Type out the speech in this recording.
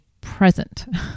present